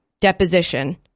deposition